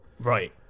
Right